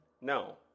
No